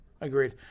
agreed